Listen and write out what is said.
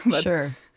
Sure